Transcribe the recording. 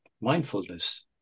mindfulness